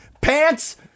pants